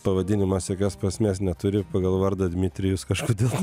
pavadinimas jokios prasmės neturi pagal vardą dmitrijus kažkodėl